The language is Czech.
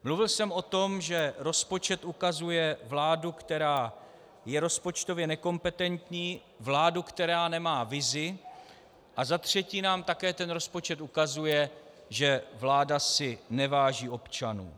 Mluvil jsem o tom, že rozpočet ukazuje vládu, která je rozpočtově nekompetentní, vládu, která nemá vizi, a za třetí nám také ten rozpočet ukazuje, že vláda si neváží občanů.